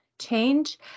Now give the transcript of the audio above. change